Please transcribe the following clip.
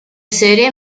serie